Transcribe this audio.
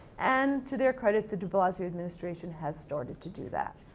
and, to their credit the de blasio administration has started to do that.